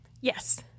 yes